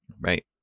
Right